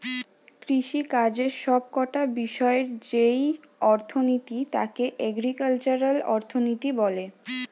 কৃষিকাজের সব কটা বিষয়ের যেই অর্থনীতি তাকে এগ্রিকালচারাল অর্থনীতি বলে